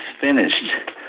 finished